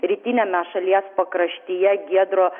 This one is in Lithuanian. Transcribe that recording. rytiniame šalies pakraštyje giedro